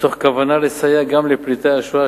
מתוך כוונה לסייע גם לפליטי השואה,